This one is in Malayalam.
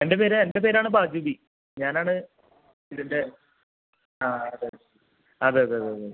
എൻ്റെ പേര് എൻ്റെ പേരാണ് ബാജുബി ഞാനാണ് ഇതിൻ്റെ ആ അതെ അതെ അതെ അതെ അതെ